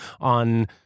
On